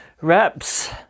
reps